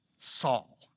Saul